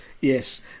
Yes